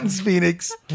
Phoenix